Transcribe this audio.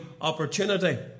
opportunity